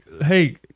hey